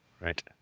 Right